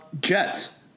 Jets